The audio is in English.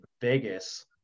vegas